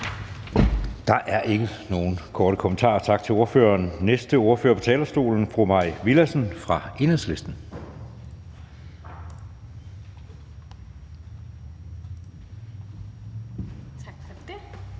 Der er ikke nogen korte bemærkninger. Tak til ordføreren. Næste ordfører på talerstolen er fru Mai Villadsen fra Enhedslisten. Kl.